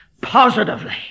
positively